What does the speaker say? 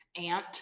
aunt